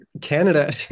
canada